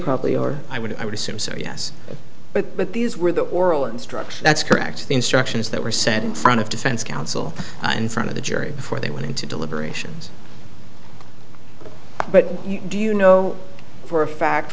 probably or i would i would assume so yes but but these were the oral instruction that's correct the instructions that were sent in front of defense counsel in front of the jury before they went into deliberations but do you know for a fact